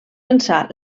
ençà